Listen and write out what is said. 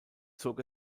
zog